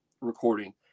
recording